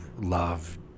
love